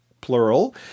plural –